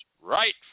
right